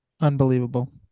Unbelievable